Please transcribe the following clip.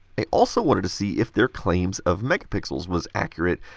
i also wanted to see if their claims of megapixels was accurate.